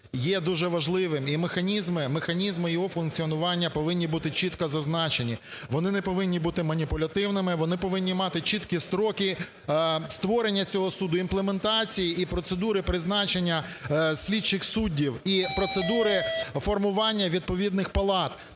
є дуже важливим. І механізми, механізми його функціонування повинні бути чітко зазначені. Вони не повинні бути маніпулятивними, вони повинні мати чіткі строки створення цього суду, імплементації і процедури призначення слідчих суддів і процедури формування відповідних палат,